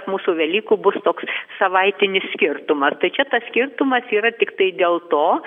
mūsų velykų bus toks savaitinis skirtumas tai čia tas skirtumas yra tiktai dėl to